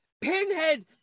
pinhead